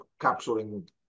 capturing